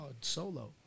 solo